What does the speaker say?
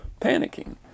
panicking